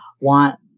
want